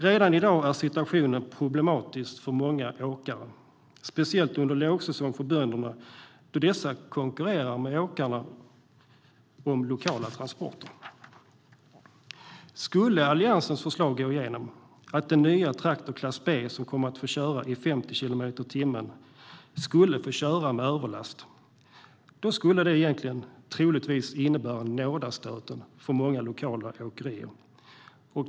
Redan i dag är situationen problematisk för många åkare, speciellt under lågsäsong för bönderna, då dessa konkurrerar med åkarna om lokala transporter. Skulle Alliansens förslag gå igenom, det vill säga att den nya traktor b, som kommer att få köra i 50 kilometer per timme, skulle få köra med överlast skulle det troligtvis innebära nådastöten för många lokala åkerier.